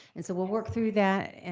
and so we'll work through that. and